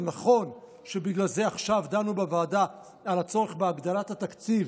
נכון שבגלל זה דנו עכשיו בוועדה בצורך בהגדלת התקציב